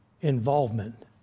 involvement